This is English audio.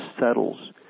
settles